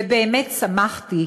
ובאמת שמחתי,